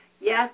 yes